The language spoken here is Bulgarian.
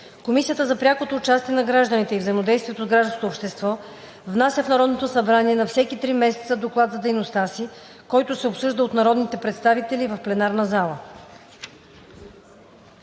Комисията за прякото участие на гражданите и взаимодействието с гражданското общество внася в Народното събрание на всеки три месеца доклад за дейността си, който се обсъжда от народните представители в пленарна зала.“